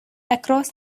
across